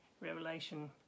Revelation